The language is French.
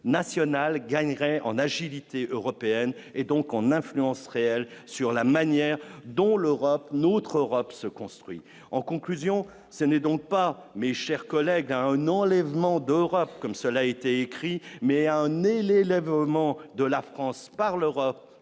nationale gagneraient en agilité européenne et donc on influence réelle sur la manière dont l'Europe, notre Europe se construit en conclusion, ce n'est donc pas mes chers collègues, à un enlèvement d'horreur comme cela est écrit, mais à un élève au moment de la France par l'Europe